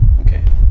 Okay